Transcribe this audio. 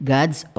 God's